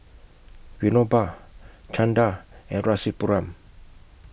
Vinoba Chanda and Rasipuram